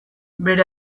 bere